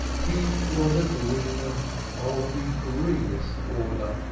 he was a greener of the greenest order,